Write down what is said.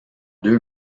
deux